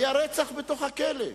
היה רצח בתוך הכלא.